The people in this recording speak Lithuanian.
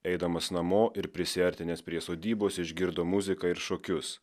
eidamas namo ir prisiartinęs prie sodybos išgirdo muziką ir šokius